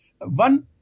One